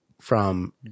From-